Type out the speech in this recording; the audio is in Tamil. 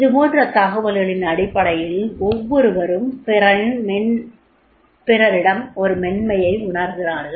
இது போன்ற தகவல்களின் அடிப்படையில் ஒவ்வொருவரும் பிறரிடம் ஒரு மென்மையை உணர்கிறார்கள்